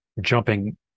jumping